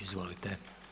Izvolite.